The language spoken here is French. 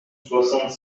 soixante